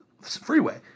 Freeway